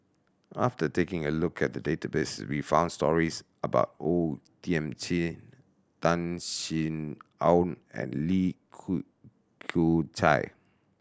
after taking a look at the database we found stories about O Thiam Chin Tan Sin Aun and Li Kew Kew Chai